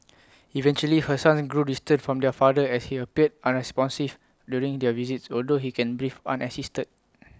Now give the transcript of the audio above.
eventually her sons grew distant from their father as he appeared unresponsive during their visits although he can breathe unassisted